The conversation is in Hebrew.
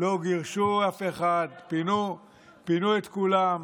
לא גירשו אף אחד, פינו את כולם.